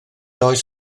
oes